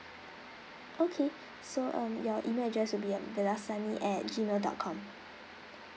okay so um your email address will be uh vilasani at gmail dot com